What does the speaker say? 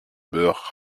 beurre